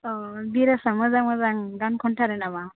औ बिराजा मोजां मोजां गान खनथारो नामा